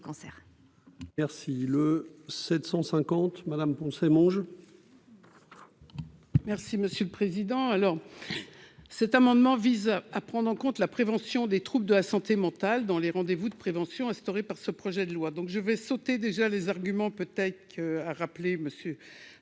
Merci le 750 Me Poncet mange. Merci monsieur le président, alors cet amendement vise à prendre en compte la prévention des troupes de la santé mentale dans les rendez-vous de prévention instaurés par ce projet de loi, donc je vais sauter déjà les arguments peut-être qu'a rappelé monsieur ne